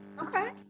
Okay